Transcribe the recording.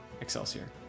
Excelsior